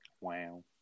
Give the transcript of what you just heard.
Wow